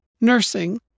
nursing